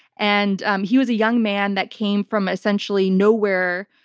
and um he was a young man that came from essentially nowhere,